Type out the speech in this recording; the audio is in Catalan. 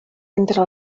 entre